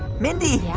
mindy. yeah?